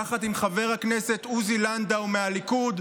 יחד עם חבר הכנסת עוזי לנדאו מהליכוד,